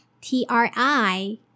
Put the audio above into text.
T-R-I